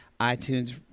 iTunes